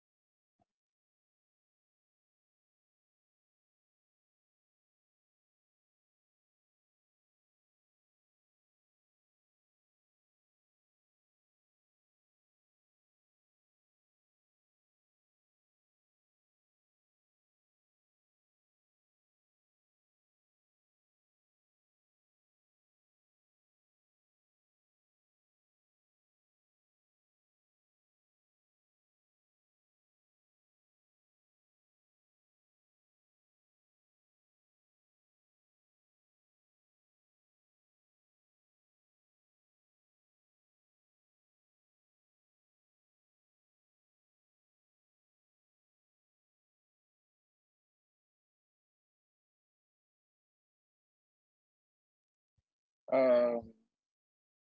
um